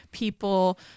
People